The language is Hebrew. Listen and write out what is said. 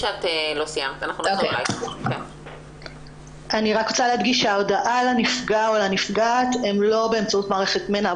אני רוצה להדגיש שההודעה לנפגע או לנפגעת הם לא באמצעות מערכת מנע.